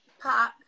Pop